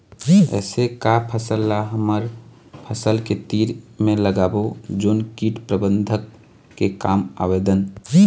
ऐसे का फसल ला हमर फसल के तीर मे लगाबो जोन कीट प्रबंधन के काम आवेदन?